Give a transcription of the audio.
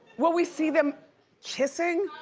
will we see them kissing?